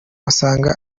basanga